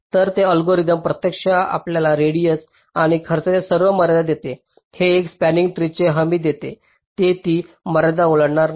तर हे अल्गोरिदम प्रत्यक्षात आपल्याला रेडिएस आणि खर्चाची काही मर्यादा देते आणि हे एका स्पंनिंग ट्री ची हमी देते जे ती मर्यादा ओलांडणार नाही